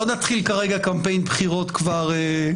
לא נתחיל כרגע קמפיין בחירות כבר.